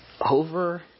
Over